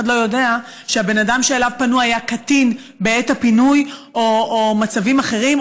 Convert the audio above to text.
לא יודע שהבן אדם שאליו פנו היה קטין בעת הפינוי או מצבים אחרים,